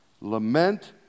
Lament